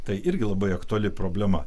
tai irgi labai aktuali problema